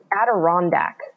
Adirondack